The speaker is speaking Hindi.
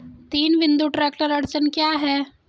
तीन बिंदु ट्रैक्टर अड़चन क्या है?